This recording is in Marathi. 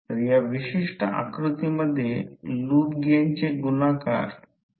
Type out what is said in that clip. तर यापर्यंतच्या मग्नेटिक सर्किटवरील संबंधित थोड्या गोष्टी आहे